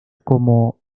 como